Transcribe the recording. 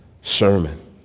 sermon